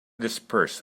disperse